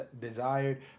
desired